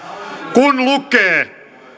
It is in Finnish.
kun lukee